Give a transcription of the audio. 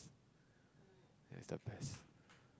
ya it's the best